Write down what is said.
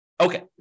Okay